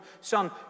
son